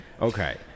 Okay